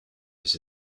his